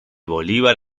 bolívar